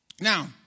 Now